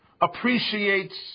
appreciates